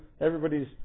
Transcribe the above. everybody's